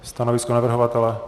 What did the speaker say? Stanovisko navrhovatele?